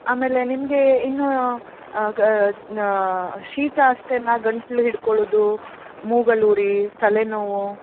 ಆಮೇಲೆ ನಿಮಗೆ ಇನ್ನು ಶೀತ ಅಷ್ಟೇನಾ ಗಂಟಲು ಹಿಡ್ಕೊಳ್ಳೋದು ಮೂಗಲ್ಲಿ ಉರಿ ತಲೆನೋವು